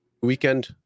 weekend